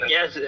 Yes